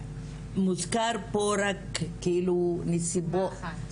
מוזכרת פה רק סיבה אחת,